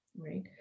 right